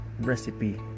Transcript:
recipe